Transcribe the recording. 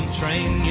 train